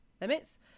limits